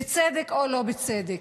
בצדק או לא בצדק.